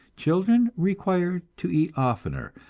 children require to eat oftener,